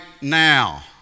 now